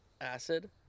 Acid